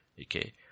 Okay